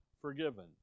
forgiven